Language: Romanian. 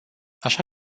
așa